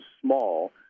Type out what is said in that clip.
small